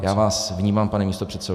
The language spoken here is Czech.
Já vás vnímám, pane místopředsedo.